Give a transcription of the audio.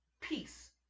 peace